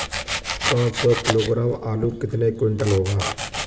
पाँच सौ किलोग्राम आलू कितने क्विंटल होगा?